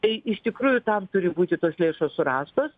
tai iš tikrųjų tam turi būti tos lėšos surastos